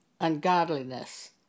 ungodliness